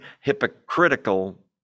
hypocritical